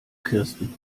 kirsten